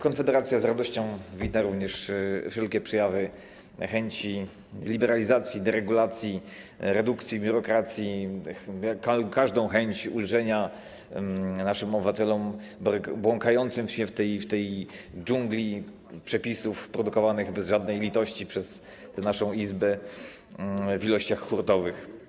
Konfederacja z radością wita również wszelkie przejawy chęci liberalizacji, deregulacji, redukcji biurokracji, każdą chęć ulżenia naszym obywatelom błąkającym się w tej dżungli przepisów produkowanych bez litości przez naszą Izbę w ilościach hurtowych.